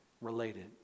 related